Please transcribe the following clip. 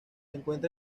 encuentra